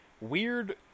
Weird